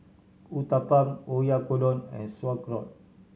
Uthapam Oyakodon and Sauerkraut